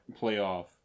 playoff